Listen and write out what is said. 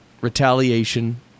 retaliation